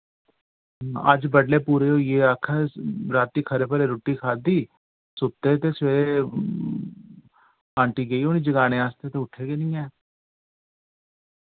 अज बडलै पुरे होइये आक्खा दे राती खरे भले रुट्टी खादी सुत्ते ते सवेरे आंटी गेई होनी जगाने आस्तै ते उट्ठे गै नेईं ऐं